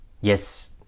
Yes